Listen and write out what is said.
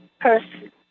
person